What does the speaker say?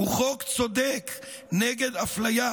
הוא חוק צודק נגד אפליה.